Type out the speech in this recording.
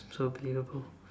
so unbeliveable